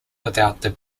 without